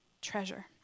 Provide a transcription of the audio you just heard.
treasure